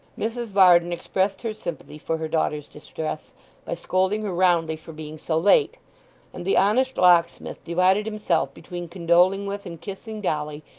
mrs varden expressed her sympathy for her daughter's distress by scolding her roundly for being so late and the honest locksmith divided himself between condoling with and kissing dolly,